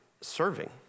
serving